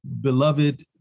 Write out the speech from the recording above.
beloved